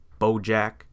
BoJack